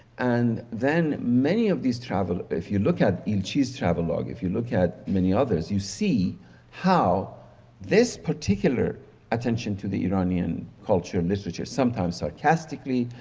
and then many of these travelers, if you look at ilci's travel log, if you look at many others you see how this particular attention to the iranian culture, literature, sometimes sarcastically,